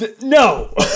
no